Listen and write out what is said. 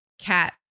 cat